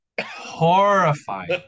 horrifying